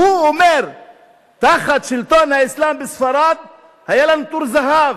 הוא אומר שתחת שלטון האסלאם בספרד היה לכם תור הזהב,